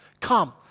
Come